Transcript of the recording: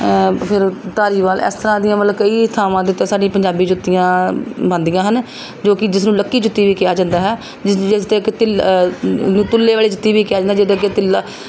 ਫਿਰ ਧਾਰੀਵਾਲ ਇਸ ਤਰ੍ਹਾਂ ਦੀਆਂ ਮਤਲਬ ਕਈ ਥਾਵਾਂ ਜਿੱਥੇ ਸਾਡੀ ਪੰਜਾਬੀ ਜੁੱਤੀਆਂ ਬਣਦੀਆਂ ਹਨ ਜੋ ਕਿ ਜਿਸਨੂੰ ਲੱਕੀ ਜੁੱਤੀ ਵੀ ਕਿਹਾ ਜਾਂਦਾ ਹੈ ਜਿਸ ਜਿਸ 'ਤੇ ਇੱਕ ਤਿੱਲ ਤਿੱਲੇ ਵਾਲੀ ਜੁੱਤੀ ਵੀ ਕਿਹਾ ਜਾਂਦਾ ਹੈ ਜਿਸਦੇ ਅੱਗੇ ਤਿੱਲਾ